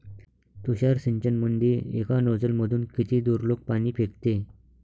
तुषार सिंचनमंदी एका नोजल मधून किती दुरलोक पाणी फेकते?